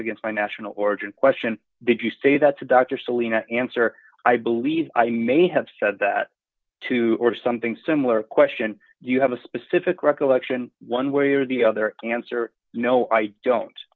against my national origin question did you say that to dr selena answer i believe i may have said that too or something similar question you have a specific recollection one way or the other answer no i don't